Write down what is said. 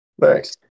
Thanks